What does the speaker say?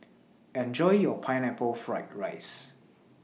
Enjoy your Pineapple Fried Rice